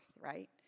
right